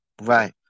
Right